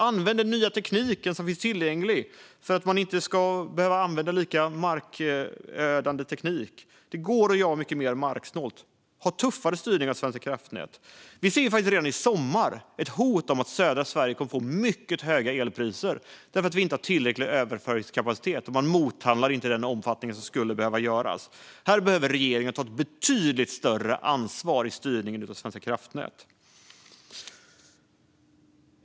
Använd den nya, mindre marködande teknik som är tillgänglig! Det går att göra detta mycket mer marksnålt. Ha tuffare styrning av Svenska kraftnät! Vi ser att mycket höga elpriser hotar i södra Sverige i sommar eftersom överföringskapaciteten inte är tillräcklig och mothandel inte sker i den omfattning som behövs. Här behöver regeringen ta ett betydligt större ansvar i styrningen av Svenska kraftnät.